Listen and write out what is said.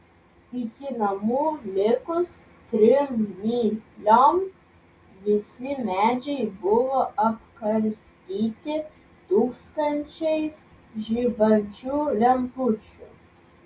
iki namų likus trim myliom visi medžiai buvo apkarstyti tūkstančiais žibančių lempučių